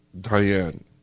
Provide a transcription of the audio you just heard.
Diane